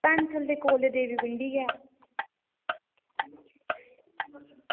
पैंथल दे कोल देवी पिंडी गै